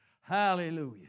Hallelujah